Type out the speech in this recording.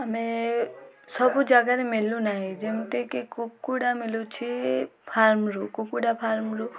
ଆମେ ସବୁ ଜାଗାରେ ମିଳୁନାହିଁ ଯେମିତିକି କୁକୁଡ଼ା ମିଳୁଛି ଫାର୍ମରୁ କୁକୁଡ଼ା ଫାର୍ମରୁ